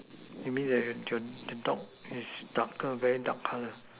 you mean that the the your dog is darker in color